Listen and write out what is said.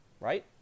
right